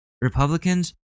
Republicans